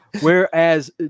whereas